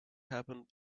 happen